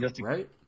right